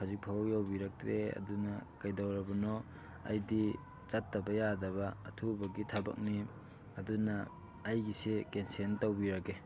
ꯍꯧꯖꯤꯛ ꯐꯥꯎꯕ ꯌꯧꯕꯤꯔꯛꯇ꯭ꯔꯦ ꯑꯗꯨꯅ ꯀꯩꯗꯧꯔꯕꯅꯣ ꯑꯩꯗꯤ ꯆꯠꯇꯕ ꯌꯥꯗꯕ ꯑꯊꯨꯕꯒꯤ ꯊꯕꯛꯅꯤ ꯑꯗꯨꯅ ꯑꯩꯒꯤꯁꯦ ꯀꯦꯟꯁꯦꯜ ꯇꯧꯕꯤꯔꯒꯦ